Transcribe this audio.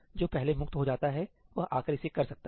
जो पहले मुक्त हो जाता है वह आकर इसे कर सकता है